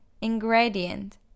Ingredient